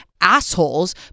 assholes